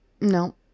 no